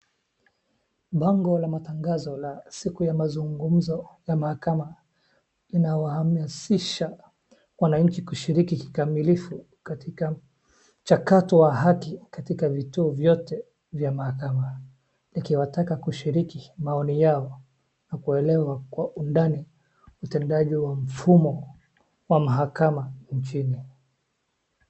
Bango la matangazo la siku ya mazungumzo ya mahakama, inawahamasisha wananchi kushiriki kikamilifu katika mchakato wa haki katika vituo vyote vya mahakama, ikiwataka kushiriki maoni yao na kuelewa kwa undani utendaji wa mfumo wa mahakama nchini.